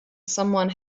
someone